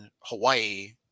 Hawaii